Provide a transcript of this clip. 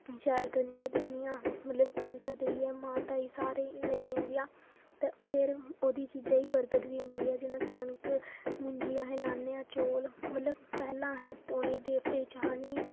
शैल कंजकां देनियां मतलब कंजकां देइयै माता ई सारें ई लग्गी जंदियां ते फिर ओह्दी चीज़ा ई बरगद बी होंदी ऐ जि'यां कनक मुंज़ी अस लान्ने आं चौल मतलब पैह्ला अहे्ं उ'नें देवतें ई चाढ़ना